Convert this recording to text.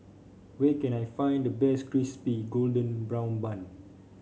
where can I find the best Crispy Golden Brown Bun